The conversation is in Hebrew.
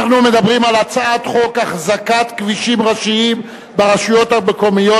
אנחנו מדברים על הצעת חוק אחזקת כבישים ראשיים ברשויות המקומיות,